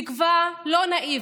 תקווה לא נאיבית,